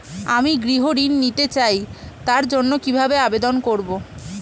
আমি গৃহ ঋণ নিতে চাই তার জন্য কিভাবে আবেদন করব?